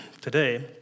today